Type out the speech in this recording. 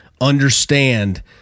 understand